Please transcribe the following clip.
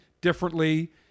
differently